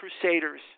crusaders